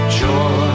joy